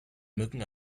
mücken